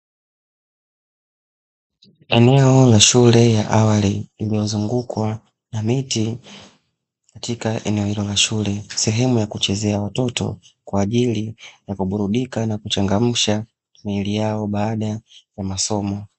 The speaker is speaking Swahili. Eneo la shule ya awali, iliyozungukwa na miti katika eneo hilo la shule. Sehemu ya kuchezea watoto kwa ajili ya kuburudika na kuchangamsha miili yao baada ya masomo.